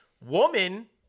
woman